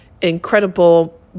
incredible